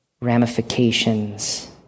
ramifications